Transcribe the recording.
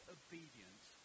obedience